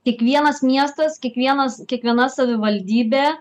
kiekvienas miestas kiekvienas kiekviena savivaldybė